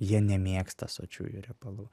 jie nemėgsta sočiųjų riebalų